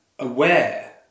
Aware